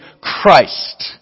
Christ